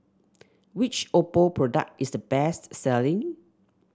which Oppo product is the best selling